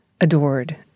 adored